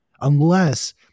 unless-